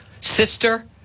sister